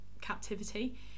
captivity